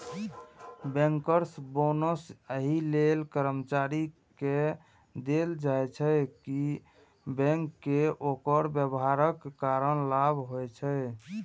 bankers bonus एहि लेल कर्मचारी कें देल जाइ छै, कि बैंक कें ओकर व्यवहारक कारण लाभ होइ छै